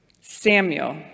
Samuel